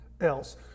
else